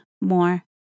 more